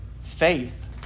faith